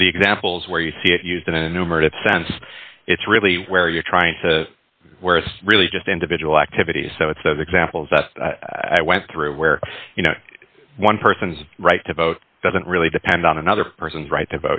the examples where you see it used in an enumerated sense it's really where you're trying to where it's really just individual activities so it's the samples that i went through where you know one person's right to vote doesn't really depend on another person's right to